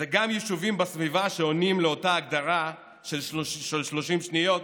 גם יישובים בסביבה עונים לאותה הגדרה של 30 שניות